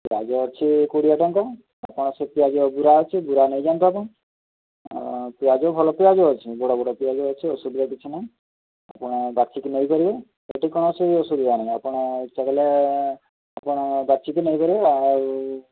ପିଆଜ ଅଛି କୋଡ଼ିଏ ଟଙ୍କା ଆପଣ ସେ ପିଆଜ ବୁରା ଅଛି ବୁରା ନେଇ ଯାଆନ୍ତୁ ଆପଣ ପିଆଜ ଭଲ ପୁଆ ବି ଅଛି ବଡ଼ ବଡ଼ ପିଆଜ ଅଛି ଅସୁବିଧା କିଛି ନାହିଁ ଆପଣ ବାଛିକି ନେଇପାରିବେ ଏଠି କୌଣସି ଅସୁବିଧା ନାହିଁ ଆପଣ ଇଚ୍ଛା କଲେ ଆପଣ ବାଛିକି ନେଇପାରିବେ ଆଉ